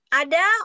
ada